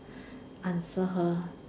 answer her